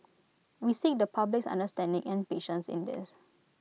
we seek the public's understanding and patience in this